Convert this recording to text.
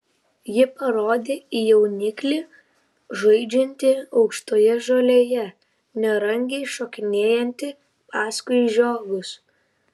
ji parodė į jauniklį žaidžiantį aukštoje žolėje nerangiai šokinėjantį paskui žiogus